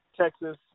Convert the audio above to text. Texas